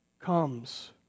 comes